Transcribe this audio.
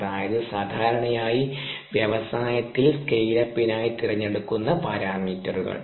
അതായത്സാധാരണയായി വ്യവസായത്തിൽ സ്കെയിൽ അപ്പിനായി തിരഞ്ഞെടുക്കുന്ന പാരാമീറ്ററുകൾ